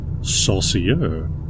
saucier